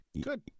good